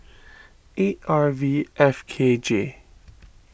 eight R V F K J